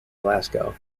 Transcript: glasgow